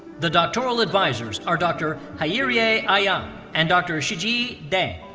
the doctoral advisors are dr. hayriye ayhan and dr. shijie deng.